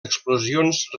explosions